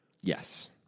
Yes